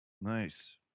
Nice